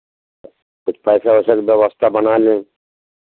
कुछ पैसा वैसा का व्यवस्था बना लें